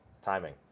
Timing